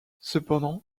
cependant